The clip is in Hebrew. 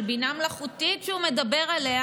של בינה מלאכותית שהוא מדבר עליה?